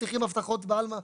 מבטיחים הבטחות בעלמה.